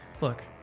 Look